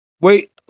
wait